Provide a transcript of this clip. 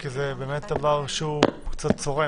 כי זה באמת דבר שהוא קצת צורם.